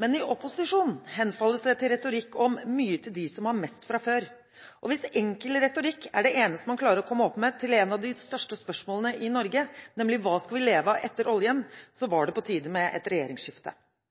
men i opposisjon henfalles det til retorikk om mye til dem som har mest fra før. Og hvis enkel retorikk er det eneste man klarer å komme opp med til et av de største spørsmålene i Norge, nemlig hva vi skal leve av etter oljen,